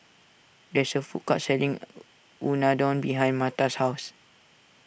there is a food court selling Unadon behind Marta's house